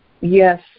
Yes